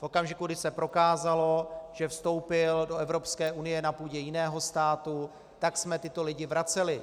V okamžiku, kdy se prokázalo, že vstoupili do Evropské unie na půdě jiného státu, tak jsme tyto lidi vraceli.